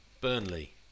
Burnley